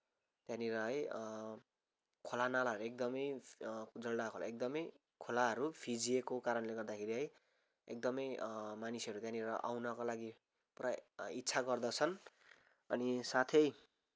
त्यहाँनिर है खोला नालाहरू एकदमै जलडाका खोला एकदमै खोलाहरू फिँजिएको कारणले गर्दाखेरि है एकदमै मानिसहरू त्यहाँनिर आउनको लागि पुरा इच्छा गर्दछन् अनि साथै